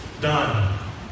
Done